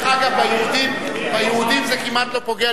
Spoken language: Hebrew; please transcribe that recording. ביהודים זה כמעט לא פוגע,